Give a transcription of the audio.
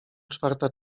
czwarta